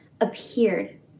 appeared